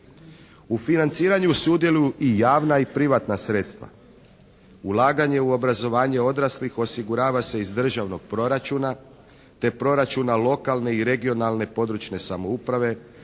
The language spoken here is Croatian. U financiranju sudjeluju i javna i privatna sredstva. Ulaganje u obrazovanje odraslih osigurava se iz državnog proračuna te proračuna lokalne i (regionalne) područne samouprave,